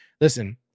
Listen